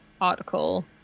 article